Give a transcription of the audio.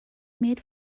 made